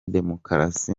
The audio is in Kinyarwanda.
demokarasi